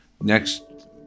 Next